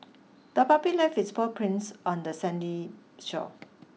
the puppy left its paw prints on the sandy shore